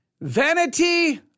vanity